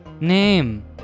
Name